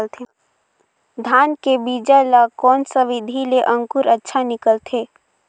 धान के बीजा ला कोन सा विधि ले अंकुर अच्छा निकलथे?